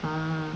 ah